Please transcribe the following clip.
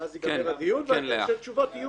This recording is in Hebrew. ואז ייגמר הדיון והתשובות יהיו בנפרד.